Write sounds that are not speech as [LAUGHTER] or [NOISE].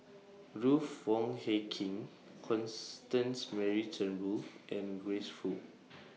[NOISE] Ruth Wong Hie King Constance Mary Turnbull and Grace Fu